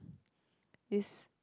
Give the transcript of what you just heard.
this